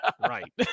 Right